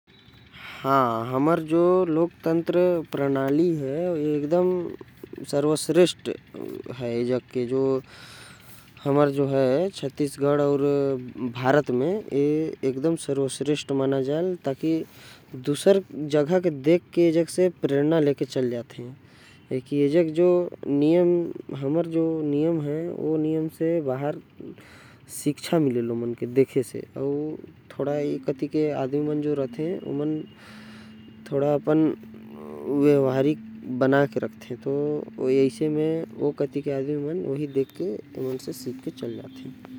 हमर लोकतंत्र प्रणाली सर्वश्रेष्ठ हवे। काबर की ए हर हमन ल बांध के राखथे। हमर लोकतंत्र प्रणाली से बाकी मन भी सिखथे। अउ अपन जगह लागू भी करथे।